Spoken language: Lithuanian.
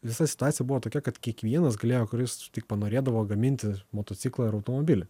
visa situacija buvo tokia kad kiekvienas galėjo kuris tik panorėdavo gaminti motociklą ar automobilį